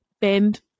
bend